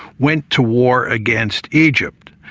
went to war against egypt.